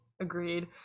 agreed